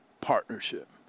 partnership